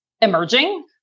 emerging